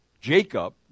Jacob